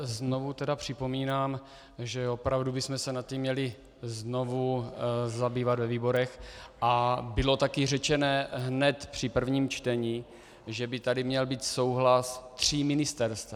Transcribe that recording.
Znovu tedy připomínám, že opravdu bychom se tím měli znovu zabývat ve výborech, a bylo také řečeno hned při prvním čtení, že by tady měl být souhlas tří ministerstev.